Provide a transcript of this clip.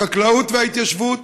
החקלאות וההתיישבות,